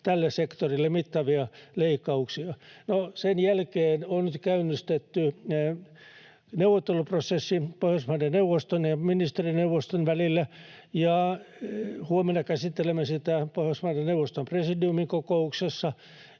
tälle sektorille mittavia leikkauksia. No, sen jälkeen on nyt käynnistetty neuvotteluprosessi Pohjoismaiden neuvoston ja ministerineuvoston välillä, ja huomenna käsittelemme sitä Pohjoismaiden neuvoston presidiumin kokouksessa.